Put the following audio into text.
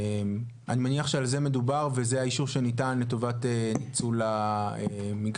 אני מניח שעל זה מדובר וזה האישור שניתן לטובת ניצול המגרש,